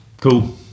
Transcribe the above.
cool